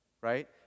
Right